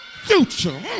future